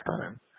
time